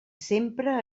sempre